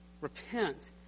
Repent